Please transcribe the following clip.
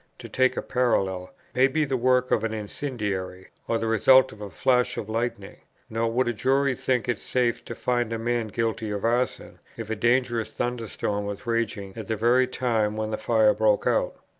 to take a parallel, may be the work of an incendiary, or the result of a flash of lightning nor would a jury think it safe to find a man guilty of arson, if a dangerous thunderstorm was raging at the very time when the fire broke out.